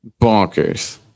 Bonkers